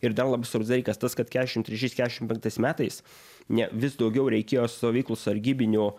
ir dar labai svarbus toks dalykas tas kad kešim trečiais kešim penktais metais ne vis daugiau reikėjo stovyklų sargybinių